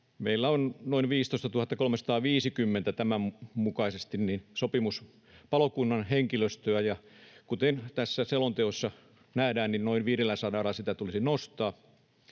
mukaisesti noin 15 350 henkilöä sopimuspalokunnan henkilöstöä, ja kuten tässä selonteossa nähdään, niin noin 500:lla sitä tulisi nostaa.